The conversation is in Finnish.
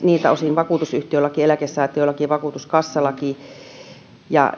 vakuutusyhtiölain eläkesäätiölain ja vakuutuskassalain osalta ja